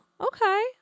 Okay